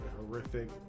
horrific